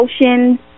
emotions